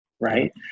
right